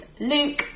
Luke